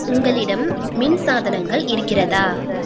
உங்களிடம் மின் சாதனங்கள் இருக்கிறதா